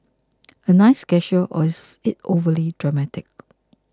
a nice gesture or is it overly dramatic